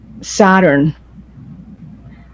Saturn